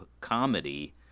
comedy